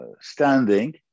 standing